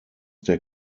der